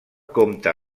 compta